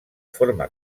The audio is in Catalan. forma